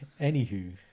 Anywho